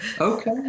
Okay